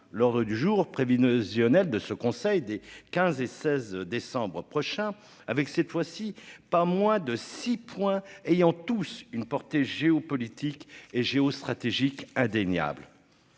l'ordre du jour prévu. Notionnel de ce Conseil des 15 et 16 décembre prochain avec cette fois-ci pas moins de 6. Ayant tous une portée géopolitique et géostratégique indéniable.